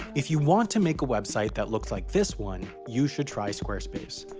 if you want to make a website that looks like this one, you should try squarespace.